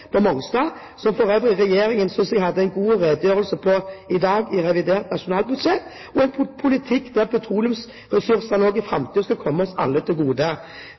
øvrig synes regjeringen hadde en god redegjørelse om i dag i revidert nasjonalbudsjett – og en politikk der petroleumsressursene også i framtiden skal komme oss alle til gode.